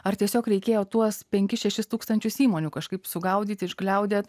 ar tiesiog reikėjo tuos penkis šešis tūkstančius įmonių kažkaip sugaudyti išgliaudyti